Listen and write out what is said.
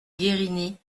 guerini